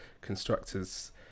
Constructors